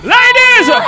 Ladies